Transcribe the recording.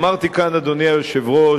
אמרתי כאן, אדוני היושב-ראש,